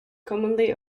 commonly